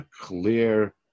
clear